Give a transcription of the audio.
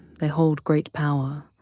they hold great power.